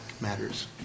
matters